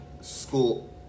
school